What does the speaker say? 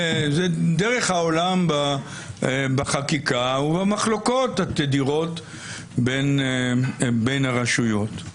זאת דרך העולם בחקיקה ובמחלוקות התדירות בין הרשויות.